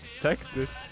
Texas